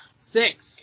Six